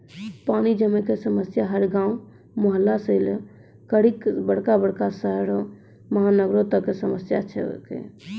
पानी जमै कॅ समस्या हर गांव, मुहल्ला सॅ लै करिकॅ बड़का बड़का शहरो महानगरों तक कॅ समस्या छै के